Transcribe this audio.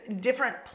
different